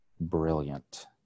brilliant